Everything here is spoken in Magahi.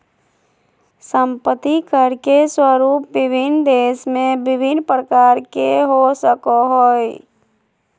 संपत्ति कर के स्वरूप विभिन्न देश में भिन्न प्रकार के हो सको हइ